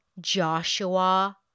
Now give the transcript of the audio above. Joshua